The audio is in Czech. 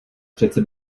přece